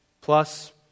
Plus